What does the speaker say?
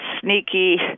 sneaky